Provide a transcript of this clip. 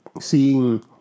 seeing